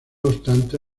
obstante